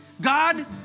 God